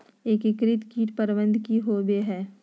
एकीकृत कीट प्रबंधन की होवय हैय?